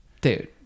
dude